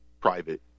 private